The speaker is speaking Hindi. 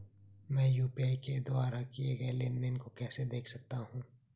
मैं यू.पी.आई के द्वारा किए गए लेनदेन को कैसे देख सकता हूं?